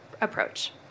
approach